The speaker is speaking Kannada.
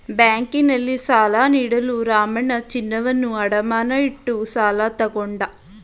ಬ್ಯಾಂಕ್ನಲ್ಲಿ ಸಾಲ ನೀಡಲು ರಾಮಣ್ಣ ಚಿನ್ನವನ್ನು ಅಡಮಾನ ಇಟ್ಟು ಸಾಲ ತಗೊಂಡ